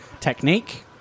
technique